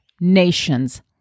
nations